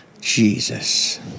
Jesus